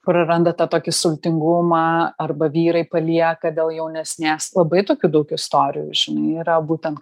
praranda tą tokį sultingumą arba vyrai palieka dėl jaunesnės labai tokių daug istorijų žinai yra būtent